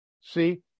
See